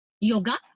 Yoga